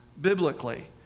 biblically